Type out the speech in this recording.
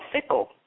fickle